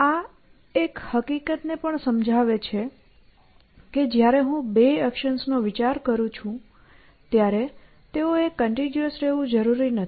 આ એક હકીકતને પણ સમજાવે છે કે જ્યારે હું બે એક્શન્સનો વિચાર કરું છું ત્યારે તેઓએ કન્ટીગ્યુઓસ રહેવું જરૂરી નથી